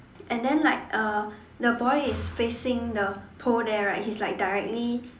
and then like uh the boy is facing the pole there right he's like directly